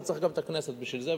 וצריך גם את הכנסת בשביל זה,